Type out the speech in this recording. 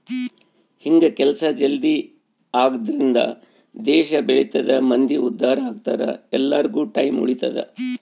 ಹಿಂಗ ಕೆಲ್ಸ ಜಲ್ದೀ ಆಗದ್ರಿಂದ ದೇಶ ಬೆಳಿತದ ಮಂದಿ ಉದ್ದಾರ ಅಗ್ತರ ಎಲ್ಲಾರ್ಗು ಟೈಮ್ ಉಳಿತದ